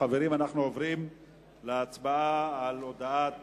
חברים, אנחנו עוברים להצבעה על הודעת